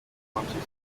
manchester